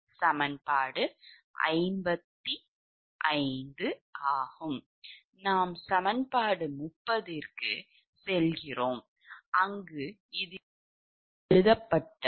நாம் சமன்பாடு 30 க்குச் செல்கிறோம் அங்கு இது எழுதப்பட்டது